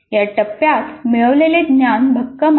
या टप्प्यात मिळवलेले ज्ञान भक्कम होते